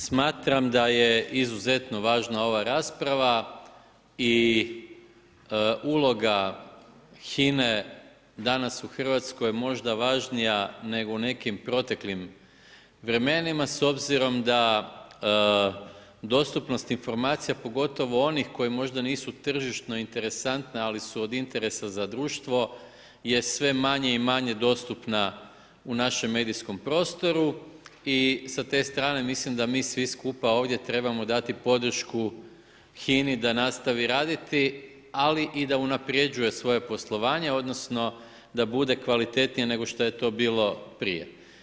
Smatram da je izuzetno važna ova rasprava i uloga HINA-e danas je u Hrvatskoj možda važnija nego u nekim proteklim vremenima s obzirom da dostupnost informacija pogotovo onih koje možda nisu tržišno interesantne, ali su od interesa za društvo je sve manje i manje dostupna u našem medijskom prostoru i sa te strane mislim da mi svi skupa ovdje trebamo dati podršku HINA-i da nastaviti raditi ali i da unapređuje svoje poslovanje odnosno da bude kvalitetnija nego što je to bilo prije.